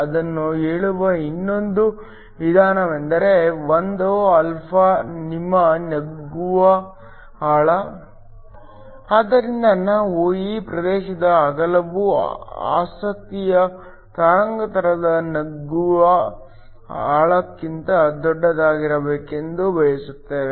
ಅದನ್ನು ಹೇಳುವ ಇನ್ನೊಂದು ವಿಧಾನವೆಂದರೆ 1α ನಿಮ್ಮ ನುಗ್ಗುವ ಆಳ ಆದ್ದರಿಂದ ನಾವು ಈ ಪ್ರದೇಶದ ಅಗಲವು ಆಸಕ್ತಿಯ ತರಂಗಾಂತರದ ನುಗ್ಗುವ ಆಳಕ್ಕಿಂತ ದೊಡ್ಡದಾಗಿರಬೇಕೆಂದು ಬಯಸುತ್ತೇವೆ